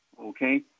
Okay